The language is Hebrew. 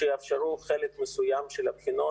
שיאפשרו חלק מסוים של הבחינות,